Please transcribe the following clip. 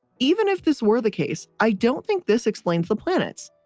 even if this were the case, i don't think this explains the planets.